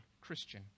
Christian